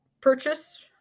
purchase